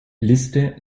liste